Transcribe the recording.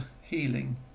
healing